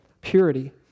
purity